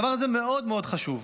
הדבר הזה מאוד מאוד חשוב.